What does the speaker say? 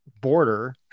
border